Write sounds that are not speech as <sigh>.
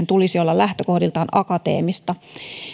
<unintelligible> tulisi olla lähtökohdiltaan akateemista